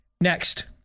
Next